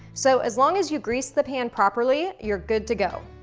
so as long as you grease the pan properly, you're good to go.